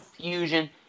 fusion